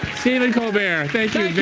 stephen colbert, thank you